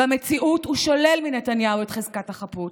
במציאות הוא שולל מנתניהו את חזקת החפות.